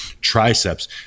triceps